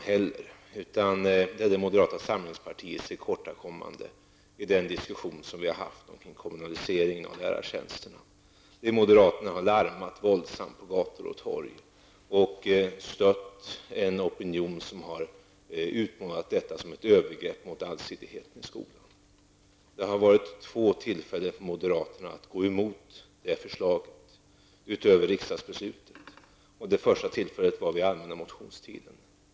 Det handlar i stället om moderata samlingspartiets tillkortakommanden i diskussionen om kommunaliseringen av lärartjänsterna. Moderaterna har larmat våldsamt på gator och torg och stött en opinion som har utmålat detta som ett övergrepp mot allsidigheten i skolan. Moderaterna har haft två tillfällen att gå emot detta förslag, förutom vid riksdagsbeslutet. Det första tillfället var den allmänna motionstiden.